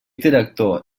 director